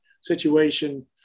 situation